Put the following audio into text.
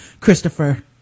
Christopher